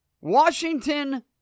Washington